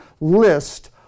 list